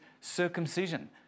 circumcision